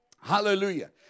Hallelujah